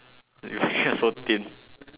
it will become so thin